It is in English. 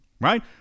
Right